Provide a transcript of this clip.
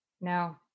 No